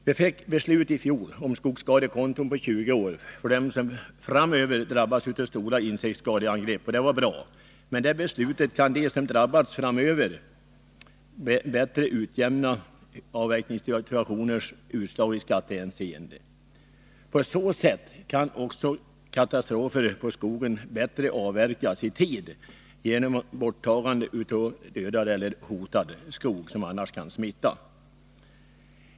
I fjol beslutades om skogsskadekonton, som gäller för en period av 20 år. De är avsedda för dem som framöver drabbas av stora insektsskadeangrepp. Jag anser att det är ett bra beslut. Tack vare detta beslut har de som framöver drabbas bättre möjligheter till skatteutjämning i händelse av hög avverkningsgrad. På det sättet kan också skogskatastrofer bättre avvärjas. Man kan i tid avverka dödad eller hotad skog, vilken annars kan smitta.